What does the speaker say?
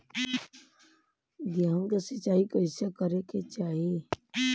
गेहूँ के सिंचाई कइसे करे के चाही?